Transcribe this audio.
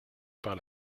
par